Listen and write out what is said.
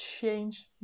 change